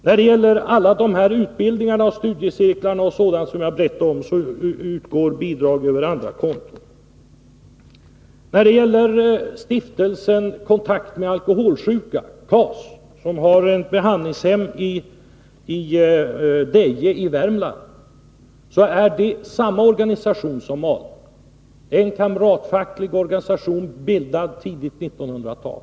När det gäller alla de utbildningar och studiecirklar som jag berättade om utgår bidrag över andra konton. Stiftelsen Kontakt med alkoholsjuka, KAS, som har behandlingshem i Väje i Värmland, är samma typ av organisation som ALNA -— en kamratfacklig organisation, bildad på tidigt 1900-tal.